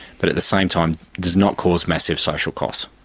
but at the same time does not cause massive social costs.